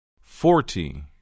forty